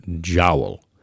jowl